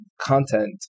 content